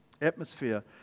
atmosphere